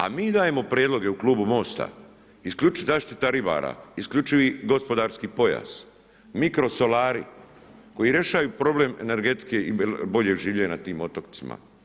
A mi dajemo prijedloge u klubu MOST-a, isključiva zaštita ribara, isključivi gospodarski pojas, mikrosolari koji rješavaju problem energetike i boljeg življenja na tim otocima.